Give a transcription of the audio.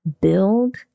build